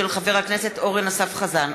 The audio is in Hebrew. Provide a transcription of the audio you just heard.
של חבר הכנסת אורן אסף חזן.